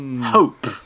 Hope